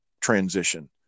transition